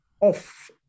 off